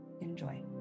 Enjoy